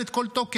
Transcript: משוללת כל תוקף.